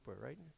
right